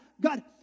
God